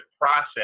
process